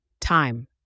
Time